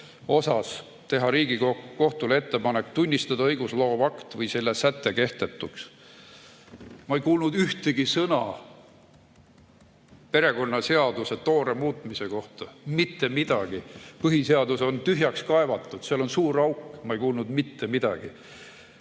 kohta teha Riigikohtule ettepanek tunnistada õigustloov akt või selle säte kehtetuks. Ma ei kuulnud ühtegi sõna perekonnaseaduse toore muutmise kohta – mitte midagi! Põhiseadus on tühjaks kaevatud, seal on suur auk – ma ei kuulnud mitte midagi.